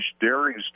dairies